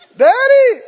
daddy